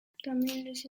hey